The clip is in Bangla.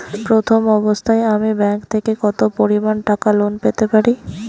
প্রথম অবস্থায় আমি ব্যাংক থেকে কত পরিমান টাকা লোন পেতে পারি?